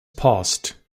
passed